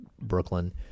Brooklyn